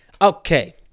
Okay